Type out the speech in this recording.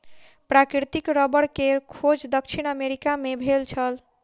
प्राकृतिक रबड़ के खोज दक्षिण अमेरिका मे भेल छल